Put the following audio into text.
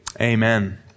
amen